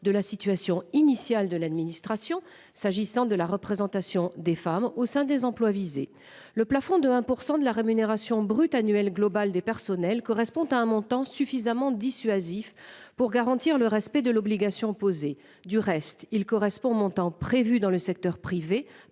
de la situation initiale de l'administration. S'agissant de la représentation des femmes au sein des employes visés le plafond de 1% de la rémunération brute annuelle globale des personnels correspond à un montant suffisamment dissuasif pour garantir le respect de l'obligation posée du reste il correspond au montant prévu dans le secteur privé